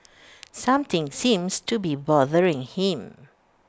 something seems to be bothering him